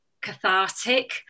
cathartic